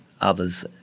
others